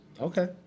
Okay